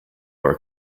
our